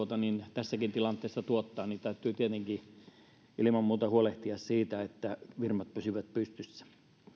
tässäkin tilanteessa tuottaa niin täytyy tietenkin ilman muuta huolehtia siitä että firmat pysyvät pystyssä